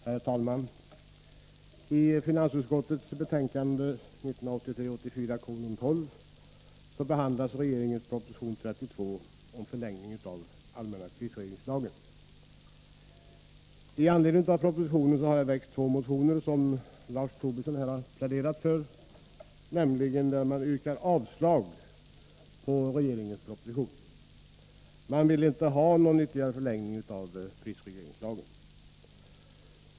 Herr talman! I finansutskottets betänkande 1983/84:12 behandlas regeringens proposition 32 om förlängning av allmänna prisregleringslagen. Det har väckts två motioner, som Lars Tobisson här har pläderat för, där man yrkar avslag på regeringens proposition. Man vill inte ha någon ytterligare förlängning av prisregleringslagen.